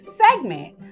segment